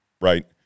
right